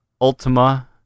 Ultima